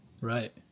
Right